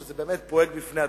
וזה באמת פרויקט בפני עצמו,